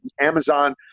Amazon